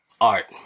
art